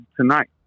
tonight